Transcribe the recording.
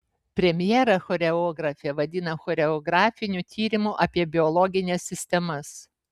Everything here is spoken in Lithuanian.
premjerą choreografė vadina choreografiniu tyrimu apie biologines sistemas